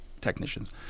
technicians